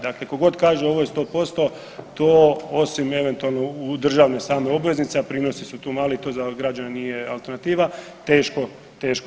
Dakle, tko god kaže ovo je 100% to osim eventualno u državne same obveznice, a prinosi su tu mali to za građane nije alternativa teško,